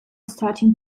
starting